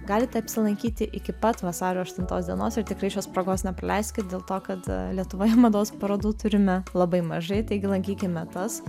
galite apsilankyti iki pat vasario aštuntos dienos ir tikrai šios progos nepraleiskit dėl to kad lietuvoje mados parodų turime labai mažai taigi lankykime tas